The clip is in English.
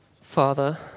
Father